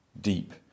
deep